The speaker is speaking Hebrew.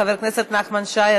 חבר הכנסת נחמן שי,